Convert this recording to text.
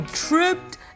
tripped